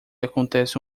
acontece